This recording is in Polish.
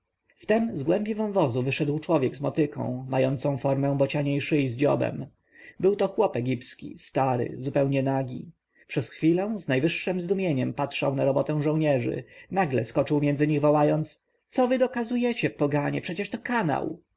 wtem z głębi wąwozu wyszedł człowiek z motyką mającą formę bocianiej szyi z dziobem był to chłop egipski stary zupełnie nagi przez chwilę z najwyższym zdumieniem patrzył na robotę żołnierzy nagle skoczył między nich wołając co wy dokazujecie poganie przecież to kanał